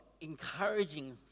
encouraging